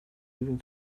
leaving